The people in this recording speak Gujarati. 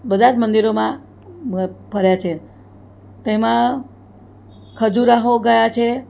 બધા જ મંદિરોમાં ફર્યા છે તો એમાં ખજુરાહો ગયા છે